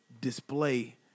display